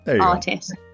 artist